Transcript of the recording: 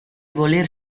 voler